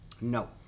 No